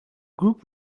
group